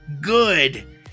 good